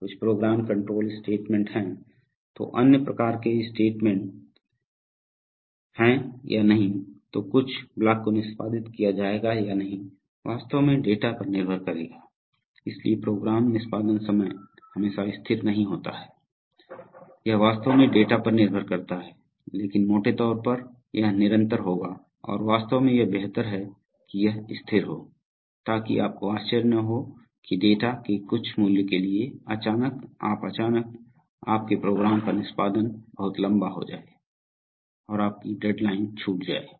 कुछ program control statement हैं तो अन्य प्रकार के स्टेटमेंट्स हैं या नहीं तो कुछ ब्लॉक को निष्पादित किया जाएगा या नहीं वास्तव में डेटा पर निर्भर करेगा इसलिए प्रोग्राम निष्पादन समय हमेशा स्थिर नहीं होता है यह वास्तव में डेटा पर निर्भर करता है लेकिन मोटे तौर पर यह निरंतर होगा और वास्तव में यह बेहतर है कि यह स्थिर हो ताकि आपको आश्चर्य न हो कि डेटा के कुछ मूल्य के लिए अचानक आप अचानक आपके प्रोग्राम का निष्पादन बहुत लंबा हो जाये है और आपकी डेडलाइन छूट जाये